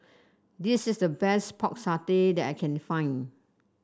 this is the best Pork Satay that I can find